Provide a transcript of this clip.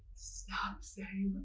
stop saying